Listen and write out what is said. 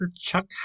Chuck